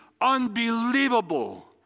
unbelievable